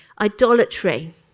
Idolatry